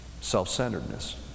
self-centeredness